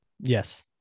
Yes